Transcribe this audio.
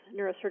neurosurgeon